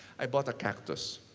i bought a cactus.